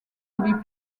avaient